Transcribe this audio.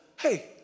hey